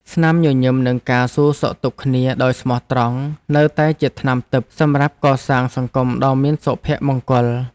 ស្នាមញញឹមនិងការសួរសុខទុក្ខគ្នាដោយស្មោះត្រង់នៅតែជាថ្នាំទិព្វសម្រាប់កសាងសង្គមដ៏មានសុភមង្គល។